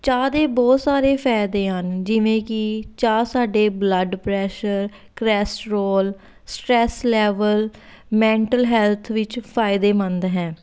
ਚਾਹ ਦੇ ਬਹੁਤ ਸਾਰੇ ਫਾਇਦੇ ਹਨ ਜਿਵੇਂ ਕਿ ਚਾਹ ਸਾਡੇ blood pressure cholesterol stress level mental health ਵਿੱਚ ਫਾਇਦੇਮੰਦ ਹੈ